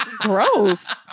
gross